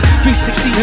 360